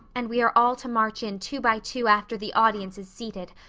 and we are all to march in two by two after the audience is seated,